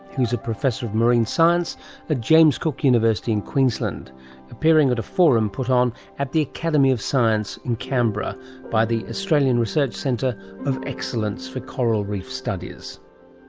who's a professor of marine science at ah james cook university in queensland appearing at a forum put on at the academy of science in canberra by the australian research centre of excellence for coral reef studies